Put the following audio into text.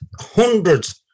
hundreds